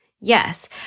Yes